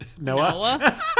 Noah